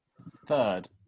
Third